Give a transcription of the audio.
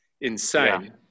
insane